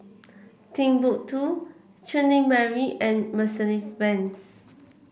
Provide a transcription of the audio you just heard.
Timbuk two Chutney Mary and Mercedes Benz